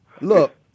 Look